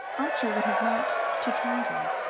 archer would have liked to travel,